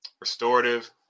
restorative